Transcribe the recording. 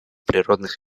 природных